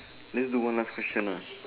let's do one last question lah